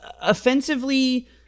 offensively